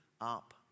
up